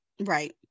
right